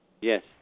Yes